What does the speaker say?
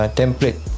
template